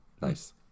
nice